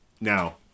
now